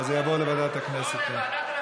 לא, לוועדת הרווחה.